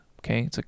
Okay